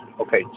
Okay